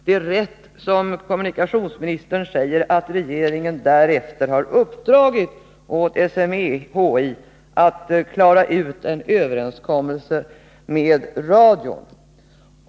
Det är riktigt som kommunikationsministern säger att regeringen därefter har uppdragit åt SMHI att se till att en överenskommelse träffas med radion.